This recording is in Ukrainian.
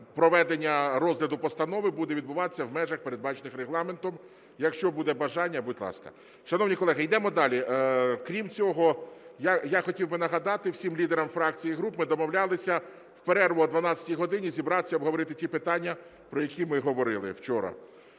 проведення розгляду постанови буде відбуватися в межах, передбачених Регламентом. Якщо буде бажання, будь ласка. Шановні колеги, йдемо далі. Крім цього, я хотів би нагадати всім лідерам фракцій і груп, ми домовлялися, в перерву о 12 годині зібратися, обговорити ті питання, про які ми говорили вчора.